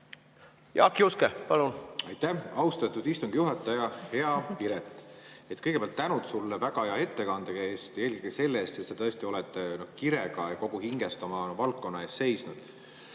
Jaak Juske, palun! Aitäh, austatud istungi juhataja! Hea Piret! Kõigepealt tänu sulle väga hea ettekande eest ja eelkõige selle eest, et sa tõesti oled kirega ja kogu hingest oma valdkonna eest seisnud.